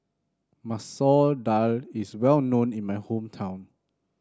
Masoor Dal is well known in my hometown